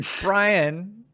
Brian